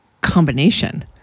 combination